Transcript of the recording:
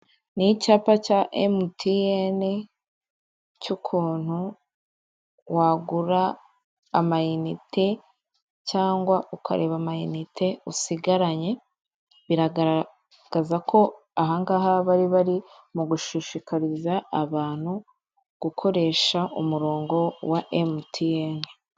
Ni icyapa cya emutiyene, cy'ukuntu wagura amayinite cyangwa ukareba amayinite usigaranye, biragaragaza ko ahangaha bari bari mu gushishikariza abantu gukoresha umurongo wa amayinite.